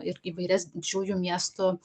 ir įvairias didžiųjų miestų